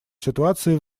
ситуации